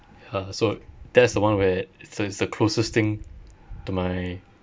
ya so that's the one where it's the it's the closest thing to my